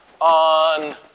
on